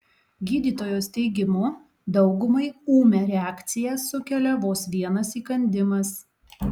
gydytojos teigimu daugumai ūmią reakciją sukelia vos vienas įkandimas